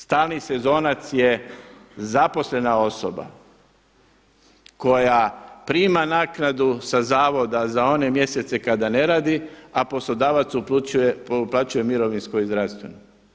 Stalni sezonac je zaposlena osoba koja prima naknadu sa zavoda za one mjesece kada ne radi, a poslodavac uplaćuje mirovinsko i zdravstveno.